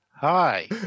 hi